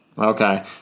Okay